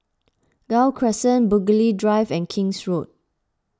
Gul Crescent Burghley Drive and King's Road